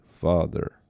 Father